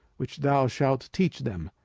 which thou shalt teach them,